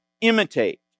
imitate